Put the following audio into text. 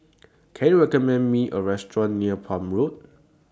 Can YOU recommend Me A Restaurant near Palm Road